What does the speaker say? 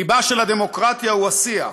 לבה של הדמוקרטיות הוא השיח,